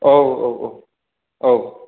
औ औ औ औ